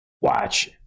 Watch